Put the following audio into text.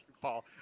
Paul